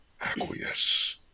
acquiesce